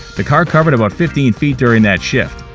the car covered about fifteen feet during that shift.